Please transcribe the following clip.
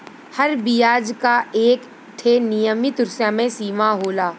हर बियाज क एक ठे नियमित समय सीमा होला